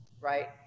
right